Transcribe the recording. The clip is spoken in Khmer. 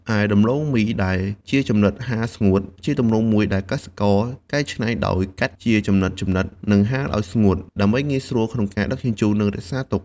ឯដំឡូងមីដែលជាចំណិតហាលស្ងួត ជាទម្រង់មួយដែលកសិករកែច្នៃដោយកាត់ជាចំណិតៗ និងហាលឲ្យស្ងួត ដើម្បីងាយស្រួលក្នុងការដឹកជញ្ជូន និងរក្សាទុក។